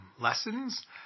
lessons